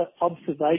observation